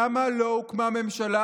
למה לא הוקמה ממשלה,